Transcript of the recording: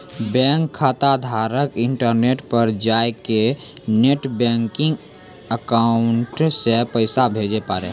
bank खाताधारक internet पर जाय कै नेट बैंकिंग अकाउंट से पैसा भेजे पारै